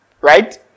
Right